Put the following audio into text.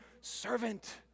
servant